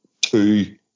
two